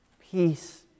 Peace